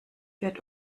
wird